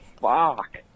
fuck